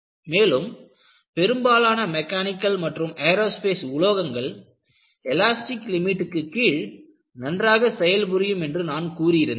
மேலும் பெரும்பாலான மெக்கானிக்கல் மற்றும் ஏரோஸ்பேஸ் உலோகங்கள் எலாஸ்டிக் லிமிட்டுக்கு கீழ் நன்றாக செயல் புரியும் என்று நான் கூறியிருந்தேன்